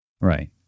Right